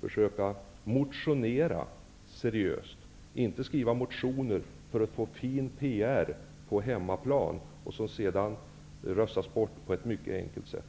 försöka motionera seriöst. Vi skall inte skriva motioner för att få fin PR på hemmaplan, som sedan röstas bort på ett mycket enkelt sätt.